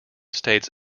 states